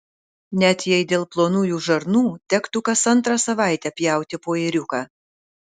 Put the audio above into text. net jei dėl plonųjų žarnų tektų kas antrą savaitę pjauti po ėriuką